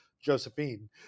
Josephine